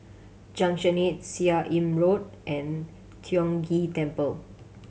Junction Eight Seah Im Road and Tiong Ghee Temple